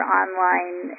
online